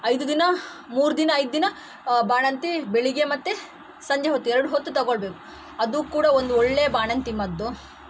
ಐದು ದಿನ ಮೂರು ದಿನ ಐದು ದಿನ ಬಾಣಂತಿ ಬೆಳಗ್ಗೆ ಮತ್ತೆ ಸಂಜೆ ಹೊತ್ತು ಎರಡು ಹೊತ್ತು ತಗೊಳ್ಬೇಕು ಅದು ಕೂಡ ಒಂದು ಒಳ್ಳೆ ಬಾಣಂತಿ ಮದ್ದು